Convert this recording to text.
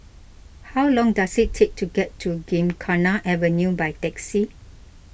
how long does it take to get to Gymkhana Avenue by taxi